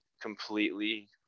completely